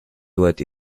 dort